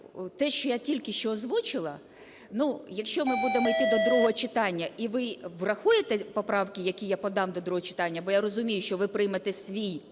те, що я тільки що озвучила, ну, якщо ми будемо йти до другого читання і ви врахуєте поправки, які я подам до другого читання, бо я розумію, що ви приймете свій